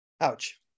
Ouch